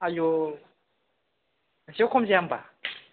आयु एसेबो खम जाया होमबा